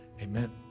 amen